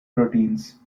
proteins